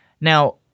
Now